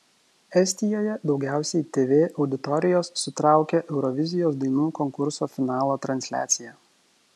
estijoje daugiausiai tv auditorijos sutraukė eurovizijos dainų konkurso finalo transliacija